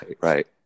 right